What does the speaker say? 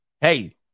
Hey